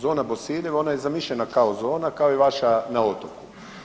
Zona Bosiljevo, ona je zamišljena kao zona, kao i vaša na otoku.